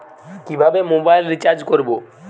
কিভাবে mobile recharge করব?